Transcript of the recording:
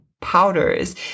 powders